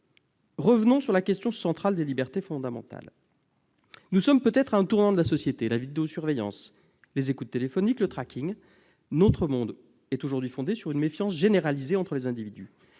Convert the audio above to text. Revenons sur la question centrale des libertés fondamentales. Nous sommes peut-être à un tournant de la société : avec la vidéo surveillance, les écoutes téléphoniques et le notre monde est aujourd'hui fondé sur une méfiance généralisée entre les individus.